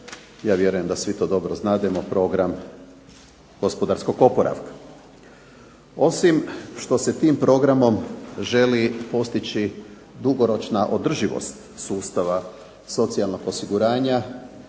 ja vjerujem da svi to dobro znademo, program gospodarskog oporavka. Osim što se tim programom želi postići dugoročna održivost sustava socijalnog osiguranja